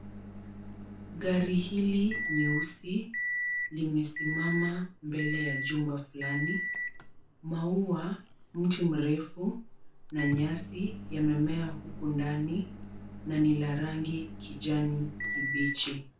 Gari hili nyeusi limesimama mbele ya jumba fulani. Maua, mti mrefu na nyasi yamemea huku ndani na ni la rangi kijani kibichi.